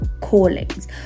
callings